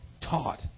taught